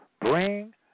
bring